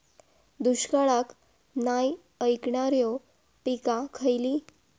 दुष्काळाक नाय ऐकणार्यो पीका खयली?